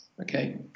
okay